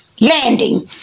landing